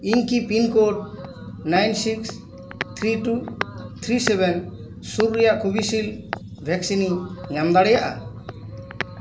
ᱤᱧ ᱠᱤ pincode nine six three two three seven ᱥᱩᱨ ᱨᱮᱭᱟᱜ ᱠᱳᱵᱷᱤᱥᱤᱞᱰ ᱵᱷᱮᱠᱥᱤᱱᱤᱧ ᱧᱟᱢ ᱫᱟᱲᱮᱭᱟᱜᱼᱟ